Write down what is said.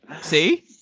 See